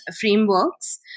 frameworks